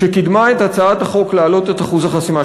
שקידמה את הצעת החוק להעלאת אחוז החסימה,